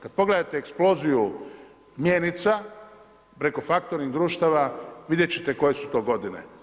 Kada pogledate eksploziju mjenica preko factoring društava vidjet ćete koje su to godine.